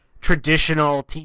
traditional